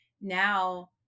now